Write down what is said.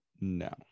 no